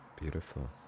Beautiful